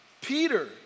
Peter